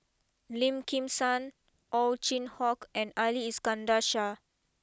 Lim Kim San Ow Chin Hock and Ali Iskandar Shah